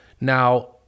Now